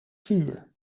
vuur